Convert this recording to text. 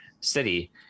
city